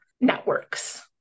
networks